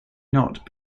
not